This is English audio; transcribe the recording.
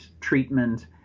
treatment